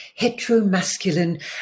heteromasculine